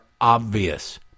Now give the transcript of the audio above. obvious